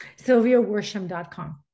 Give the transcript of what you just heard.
SylviaWorsham.com